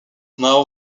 now